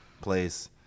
place